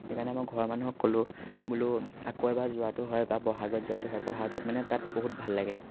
সেইকাৰণে মই ঘৰৰ মানুহক ক'লোঁ বোলো আকৌ এবাৰ যোৱাটো হয় বা বহাগত যোৱাটো হয় বহাগত মানে তাত বহুত ভাল লাগে